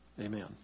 Amen